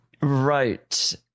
right